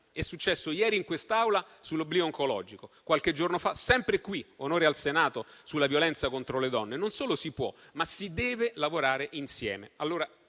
accaduto ieri in quest'Aula sull'oblio oncologico e qualche giorno fa, sempre qui (onore al Senato), sulla violenza contro le donne, non solo si può, ma si deve lavorare insieme.